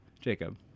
Jacob